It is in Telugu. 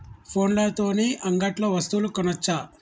ఫోన్ల తోని అంగట్లో వస్తువులు కొనచ్చా?